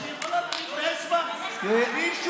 עדי קול אמרה רק: אני יכולה להרים את האצבע בלי אישור,